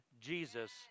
Jesus